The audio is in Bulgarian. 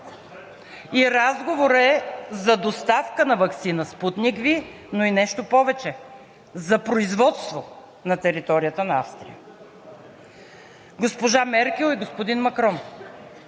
и разговорът е за доставка на ваксина „Спутник V“, но и нещо повече – за производство на територията на Австрия“. Госпожа Меркел и господин Макрон,